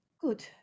Good